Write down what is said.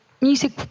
music